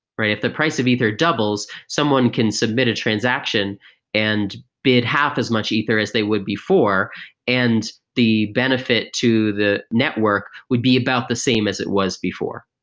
if the price of ether doubles, someone can submit a transaction and bid half as much ether as they would before and the benefit to the network would be about the same as it was before.